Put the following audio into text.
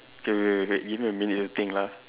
K wait wait wait give me a minute to think lah